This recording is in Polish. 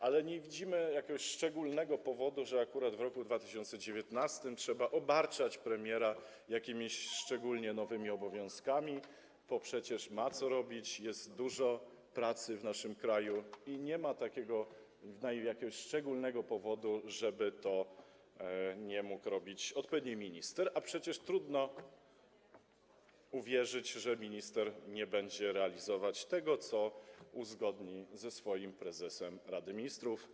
Ale nie widzimy jakiegoś szczególnego powodu, żeby akurat w roku 2019 trzeba było obarczać premiera jakimiś szczególnymi, nowymi obowiązkami, bo przecież ma co robić, jest dużo pracy w naszym kraju i nie ma takiego szczególnego powodu, żeby tego nie mógł robić odpowiedni minister, a przecież trudno uwierzyć, że minister nie będzie realizować tego, co uzgodni ze swoim prezesem Rady Ministrów.